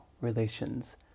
relations